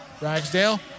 Ragsdale